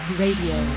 radio